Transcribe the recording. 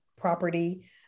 property